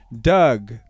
Doug